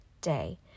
day